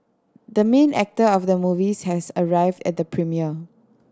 the main actor of the movies has arrived at the premiere